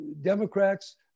democrats